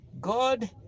God